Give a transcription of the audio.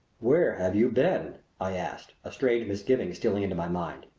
where have you been? i asked, a strange misgiving stealing into my mind.